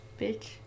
Bitch